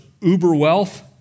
uber-wealth